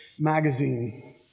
magazine